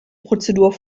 prozedur